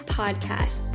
podcast